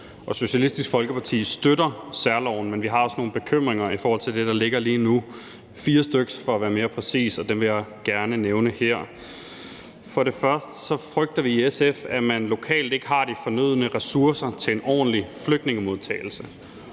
Socialistisk Folkeparti støtter særloven, men vi har også nogle bekymringer i forhold til det, der ligger lige nu – 4 styk for at være mere præcis – og dem vil jeg gerne nævne her. For det første frygter vi i SF, at man lokalt ikke har de fornødne ressourcer til en ordentlig flygtningemodtagelse.